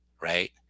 Right